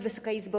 Wysoka Izbo!